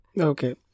Okay